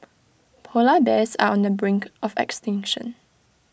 Polar Bears are on the brink of extinction